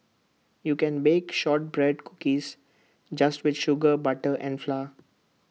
you can bake Shortbread Cookies just with sugar butter and flour